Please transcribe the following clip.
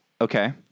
Okay